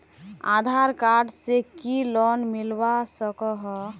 आधार card से की loan मिलवा सकोहो?